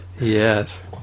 Yes